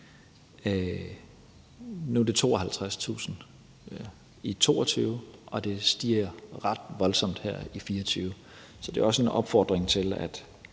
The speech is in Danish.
var det på 52.000 kr., og det stiger ret voldsomt her i 2024. Så det er også en opfordring,